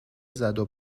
زدو